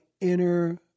inner